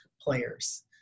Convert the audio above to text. players